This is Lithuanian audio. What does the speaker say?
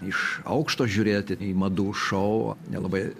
iš aukšto žiūrėti į madų šou nelabai